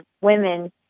women